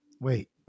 Wait